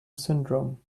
syndrome